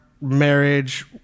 marriage